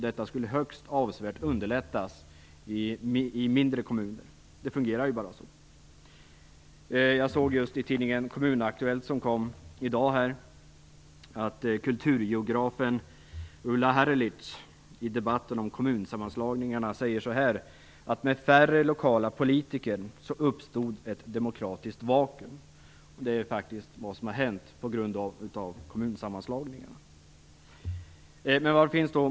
Detta skulle högst avsevärt underlättas i mindre kommuner. Det fungerar så. Jag läste i tidningen Kommun Aktuellt som utkom i dag vad kulturgeografen Ulla Herlitz säger i debatten om kommunsammanslagningarna. Hon menar att med färre lokala politiker uppstod ett demokratiskt vakuum. Detta är vad som har hänt på grund av kommunsammanslagningarna. Fru talman!